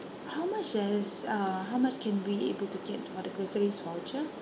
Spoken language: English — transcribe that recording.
how much there's uh how much can we able to get for the groceries voucher